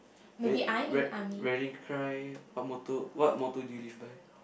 red read what motto what motto do you live by